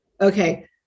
okay